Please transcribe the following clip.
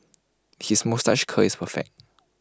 his moustache curl is perfect